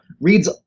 reads